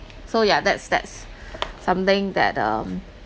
so yeah that's that's something that um